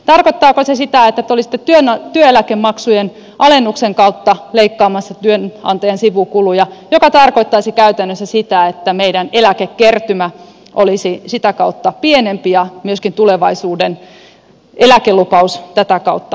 tarkoittaako se sitä että te olisitte työeläkemaksujen alennuksen kautta leikkaamassa työnantajan sivukuluja mikä tarkoittaisi käytännössä sitä että meidän eläkekertymä olisi sitä kautta pienempi ja myöskin tulevaisuuden eläkelupaus tätä kautta vaarassa